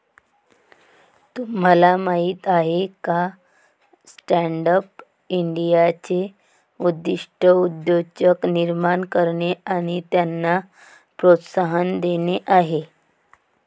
तुम्हाला माहीत आहे का स्टँडअप इंडियाचे उद्दिष्ट उद्योजक निर्माण करणे आणि त्यांना प्रोत्साहन देणे आहे